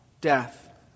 death